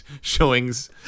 showings